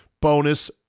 bonus